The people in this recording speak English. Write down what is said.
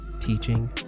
teaching